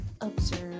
observe